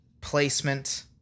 placement